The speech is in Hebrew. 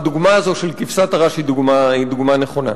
הדוגמה הזאת של כבשת הרש היא דוגמה נכונה.